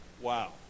Wow